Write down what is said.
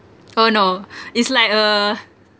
oh no it's like a